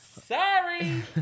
Sorry